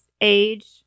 age